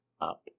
up